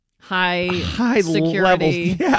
high-security